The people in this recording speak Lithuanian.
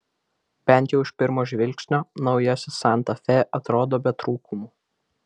bent jau iš pirmo žvilgsnio naujasis santa fe atrodo be trūkumų